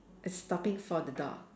stopping for the dog